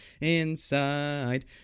inside